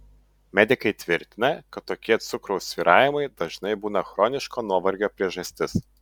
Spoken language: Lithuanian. medikai tvirtina kad tokie cukraus svyravimai dažnai būna chroniško nuovargio priežastis